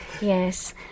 Yes